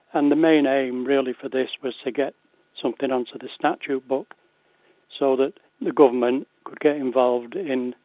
and the main aim really for this was to get something on to the statute book so that the government could get involved in,